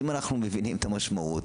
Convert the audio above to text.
אם אנחנו מבינים את המשמעות,